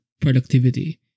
productivity